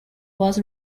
was